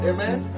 Amen